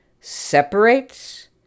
separates